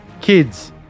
Kids